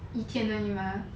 一天而已:yi tian err yi mah